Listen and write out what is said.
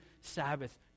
Sabbath